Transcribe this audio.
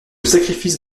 sacrifice